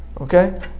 Okay